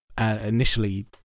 initially